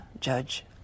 judge